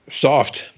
soft